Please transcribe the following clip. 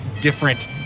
different